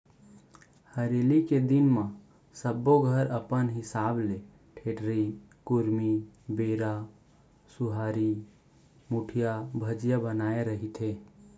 हरेली के दिन म सब्बो घर अपन हिसाब ले ठेठरी, खुरमी, बेरा, सुहारी, मुठिया, भजिया बनाए रहिथे